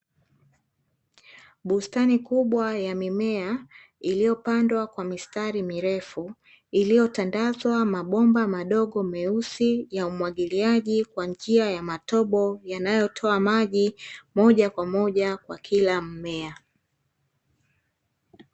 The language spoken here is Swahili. Bustani kubwa ya mimea, iliopandwa kwa mistari mirefu, iliotandazwa mabomba madogo, meusi, ya umwagiliaji kwa njia ya matobo, yanayotoa maji, moja kwa moja kwa kila mmea.